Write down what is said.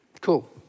cool